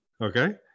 okay